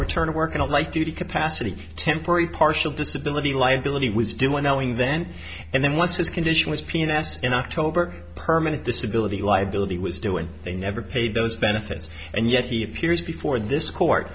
return to work in a light duty capacity temporary partial disability liability was doing knowing then and then once his condition was p s in october permanent disability liability was doing they never paid those benefits and yet he appears before this court